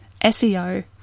SEO